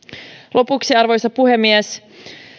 lopuksi arvoisa puhemies